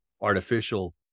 artificial